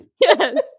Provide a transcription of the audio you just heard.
Yes